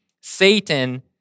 Satan